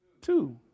two